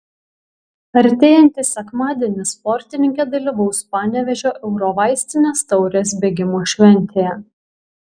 artėjantį sekmadienį sportininkė dalyvaus panevėžio eurovaistinės taurės bėgimo šventėje